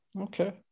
Okay